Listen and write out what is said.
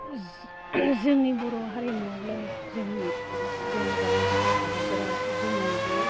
जों जोंनि बर' हारिमुआवलाय जोंनि जेनेबा हाबाफोरा जोंनि बे